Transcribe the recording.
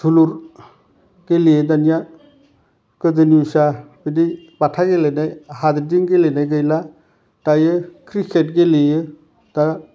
जोलुर गेलेयो दानिया गोदोनिसा बिदि बाथा गेलेनो हाद्रिजों गेलेनाय गैला दायो क्रिकेट गेलेयो दा